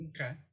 Okay